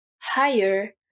higher